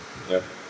yup